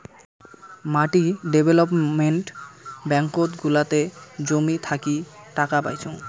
মাটি ডেভেলপমেন্ট ব্যাঙ্কত গুলাতে জমি থাকি টাকা পাইচুঙ